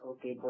Okay